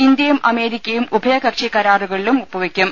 ഇന്തൃയും അമേരിക്കയും ഉഭയകക്ഷി കരാറുകളിലും ഒപ്പുവയ്ക്കും